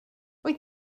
wyt